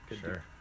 Sure